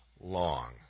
long